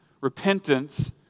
Repentance